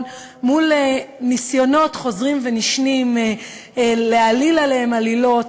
מול ניסיונות חוזרים ונשנים להעליל עליהם עלילות,